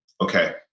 okay